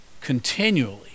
continually